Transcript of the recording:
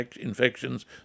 infections